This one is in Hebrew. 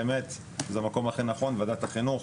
באמת זה המקום הכי נכון ועדת החינוך,